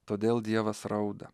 todėl dievas rauda